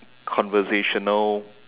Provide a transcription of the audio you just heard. conversational